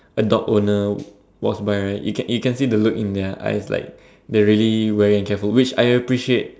a dog owner walks by right you can you can see the look in their eyes like they're really weary and careful which I appreciate